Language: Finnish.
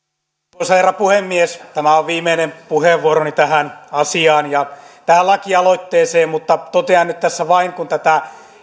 arvoisa herra puhemies tämä on viimeinen puheenvuoroni tähän asiaan ja tähän lakialoitteeseen mutta totean nyt tässä vain kun tätä